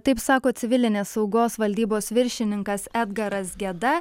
taip sako civilinės saugos valdybos viršininkas edgaras geda